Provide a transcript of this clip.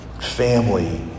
family